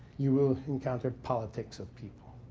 you will encounter politics of people.